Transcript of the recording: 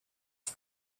for